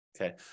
okay